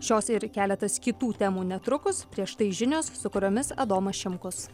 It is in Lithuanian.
šios ir keletas kitų temų netrukus prieš tai žinios su kuriomis adomas šimkus